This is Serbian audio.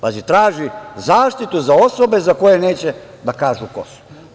Pazi, traži zaštitu za osobe za koje neće da kažu ko su.